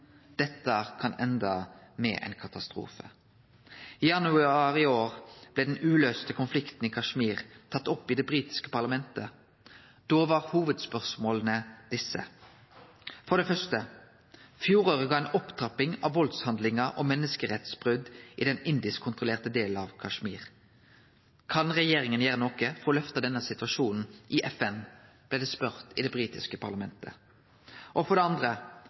Dette kan ende med ein katastrofe. I januar blei den uløyste konflikten i Kashmir tatt opp i det britiske parlamentet. Da var hovudspørsmåla desse: For det første: Fjoråret gav ei opptrapping av valdshandlingar og menneskerettsbrot i den indisk-kontrollerte delen av Kashmir. Kan regjeringa gjere noko for å løfte denne situasjonen i FN? blei det spurt i det britiske parlamentet. Og for det andre: